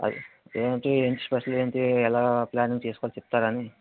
ఏమిటి ఏంటి స్పెషల్ ఏంటి ఎలా ప్లానింగ్ చేసుకోవాలి చెప్తారని